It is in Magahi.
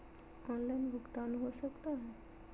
ऑनलाइन भुगतान हो सकता है?